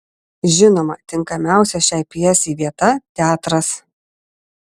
žinoma tinkamiausia šiai pjesei vieta teatras